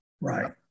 Right